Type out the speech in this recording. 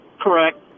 Correct